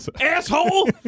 asshole